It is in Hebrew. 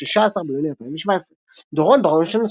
16 ביוני 2017 דורון בראונשטיין,